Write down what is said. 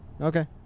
Okay